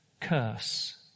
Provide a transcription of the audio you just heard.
curse